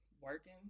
working